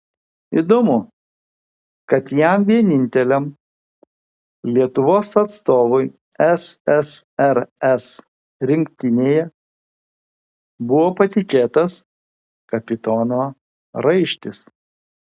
įdomu kad jam vieninteliam lietuvos atstovui ssrs rinktinėje buvo patikėtas kapitono raištis